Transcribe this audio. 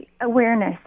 awareness